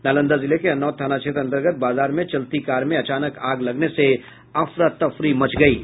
नालंदा जिले के हरनौत थाना क्षेत्र अन्तर्गत बाजार में चलती कार में अचानक आग लगने से अफरा तफरी मच गयी